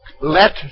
let